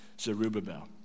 Zerubbabel